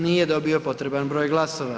Nije dobio potreban broj glasova.